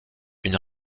une